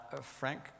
Frank